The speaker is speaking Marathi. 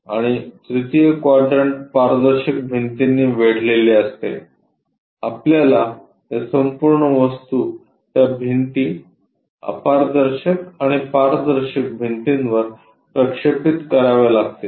आणि तृतीय क्वाड्रन्ट पारदर्शक भिंतींनी वेढलेले असते आपल्याला या संपूर्ण वस्तू त्या भिंती अपारदर्शक आणि पारदर्शक भिंतींवर प्रक्षेपित कराव्या लागतील